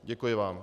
Děkuji vám.